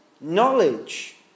knowledge